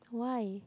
why